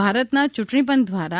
ભારતના યૂંટણી પંચ દ્વારા તા